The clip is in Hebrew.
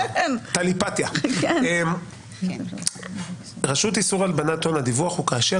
הדיווח לרשות לאיסור הלבנת הון הוא כאשר